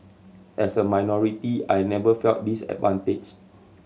as a minority I never felt disadvantaged